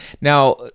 Now